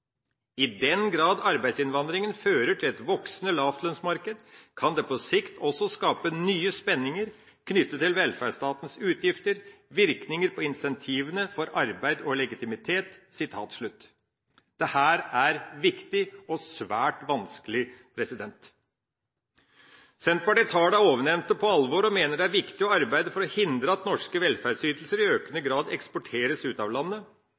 I den grad arbeidsinnvandringen fører til et voksende lavlønnsmarked, kan det på sikt også skape nye spenninger knyttet til velferdsstatens utgifter, virkninger på insentivene for arbeid, og legitimitet.» Dette er viktig og svært vanskelig. Senterpartiet tar det ovenfornevnte på alvor, og mener det er viktig å arbeide for å hindre at norske velferdsytelser i økende grad eksporteres ut av landet.